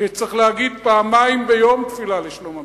שצריך להגיד פעמיים ביום תפילה לשלום המדינה.